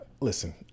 Listen